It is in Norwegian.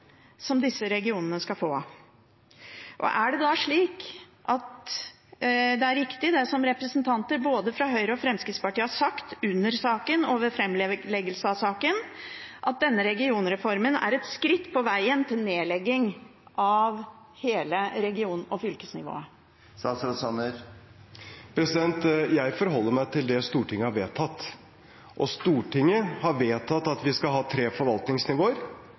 som disse regionene skal få. Er det riktig, det som representanter fra både Høyre og Fremskrittspartiet har sagt under saken og ved framleggelse av saken, at denne regionreformen er et skritt på veien til nedlegging av hele region- og fylkesnivået? Jeg forholder meg til det Stortinget har vedtatt. Stortinget har vedtatt at vi skal ha tre forvaltningsnivåer.